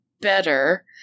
better